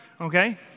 Okay